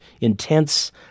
intense